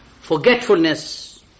Forgetfulness